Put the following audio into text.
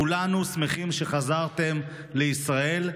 כולנו שמחים שחזרתם לישראל.